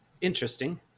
interesting